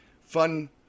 Fun